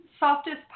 softest